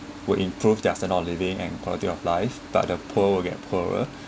will improve definitely living and quality of life but the poor will get poorer